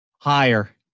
Higher